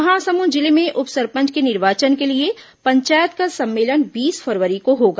महासमुंद जिले में उप सरपंच के निर्वाचन के लिए पंचायत का सम्मेलन बीस फरवरी को होगा